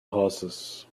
horses